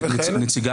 קודם כול,